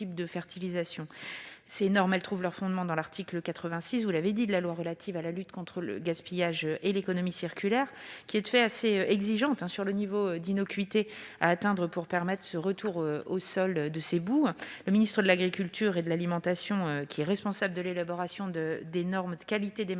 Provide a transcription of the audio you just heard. Ces normes trouvent leur fondement dans l'article 86 de la loi relative à la lutte contre le gaspillage et à l'économie circulaire, qui est de fait assez exigeante quant au niveau d'innocuité à atteindre pour permettre le retour au sol de ces boues. Le ministre de l'agriculture et de l'alimentation, responsable de l'élaboration des normes de qualité des matières